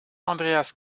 andreas